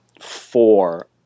four